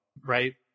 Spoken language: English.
right